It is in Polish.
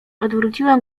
odwróciłem